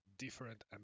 Different